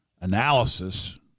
analysis